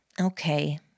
Okay